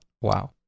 wow